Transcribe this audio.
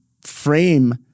frame